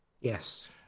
Yes